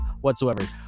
whatsoever